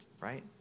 right